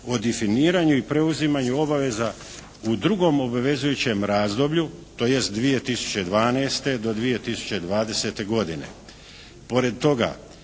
o definiranju i preuzimanju obaveza u drugom obvezujućem razdoblju tj. 2012. do 2020. godine.